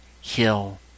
hill